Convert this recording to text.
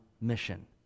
mission